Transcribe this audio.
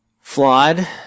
flawed